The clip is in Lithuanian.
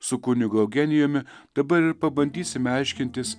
su kunigu eugenijumi dabar ir pabandysime aiškintis